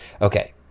okay